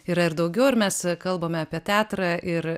yra ir daugiau ir mes kalbame apie teatrą ir